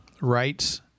rights